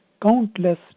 countless